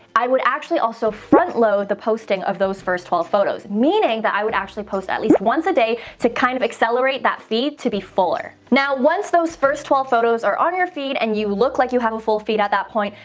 i would actually also front load the posting of those first twelve photos, meaning that i would actually post at least once a day to kind of accelerate that feed to be fuller. now once those first twelve photos are on your feet and you look like you have a full feed at that point,